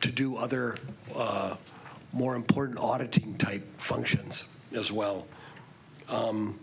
to do other more important audit to type functions as well